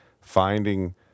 finding